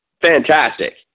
fantastic